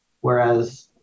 Whereas